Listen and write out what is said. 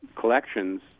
collections